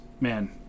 man